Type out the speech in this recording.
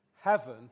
heaven